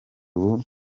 ubu